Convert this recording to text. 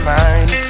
mind